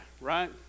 right